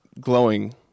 glowing